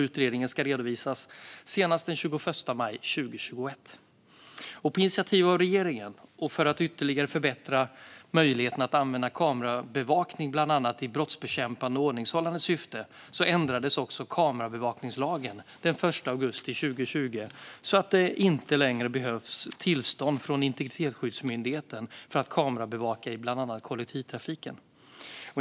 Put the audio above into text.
Utredningen ska redovisas senast den 21 maj 2021. På initiativ av regeringen och för att ytterligare förbättra möjligheterna att använda kamerabevakning, bland annat i brottsbekämpande och ordningshållande syfte, ändrades också kamerabevakningslagen den 1 augusti 2020 så att det inte längre behövs tillstånd från Integritetsskyddsmyndigheten för att kamerabevaka i bland annat kollektivtrafiken.